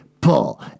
pull